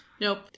Nope